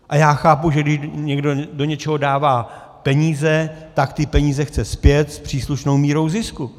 A já chápu, že když někdo do něčeho dává peníze, tak ty peníze chce zpět s příslušnou mírou zisku.